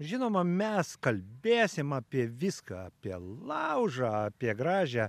žinoma mes kalbėsim apie viską apie laužą apie gražią